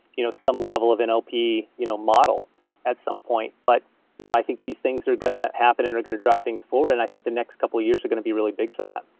you know, some level of and nlp you know model at some point. but you know i think these things are going to happen and are going to drive things forward, and i think the next couple of years are going to be really big for that.